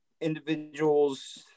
individuals